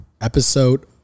episode